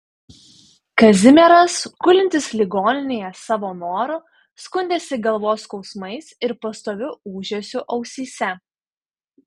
kazimieras gulintis ligoninėje savo noru skundėsi galvos skausmais ir pastoviu ūžesiu ausyse